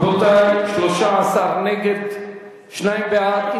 רבותי, 13 נגד, שניים בעד.